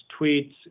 tweets